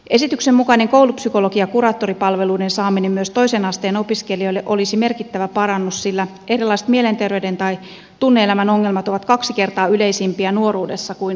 esityksen mukainen koulupsykologi ja kuraattoripalveluiden saaminen myös toisen asteen opiskelijoille olisi merkittävä parannus sillä erilaiset mielenterveyden tai tunne elämän ongelmat ovat kaksi kertaa yleisempiä nuoruudessa kuin lapsuudessa